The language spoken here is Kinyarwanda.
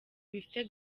bifite